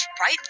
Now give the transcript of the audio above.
right